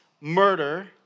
murder